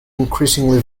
increasingly